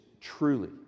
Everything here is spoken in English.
truly